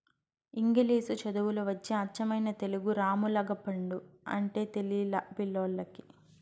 ఇంగిలీసు చదువులు వచ్చి అచ్చమైన తెలుగు రామ్ములగపండు అంటే తెలిలా పిల్లోల్లకి